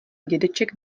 dědeček